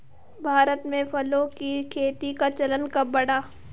भारत में फलों की खेती का चलन कब बढ़ा?